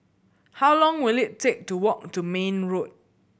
how long will it take to walk to Mayne Road